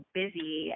busy